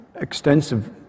extensive